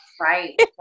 Right